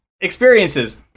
experiences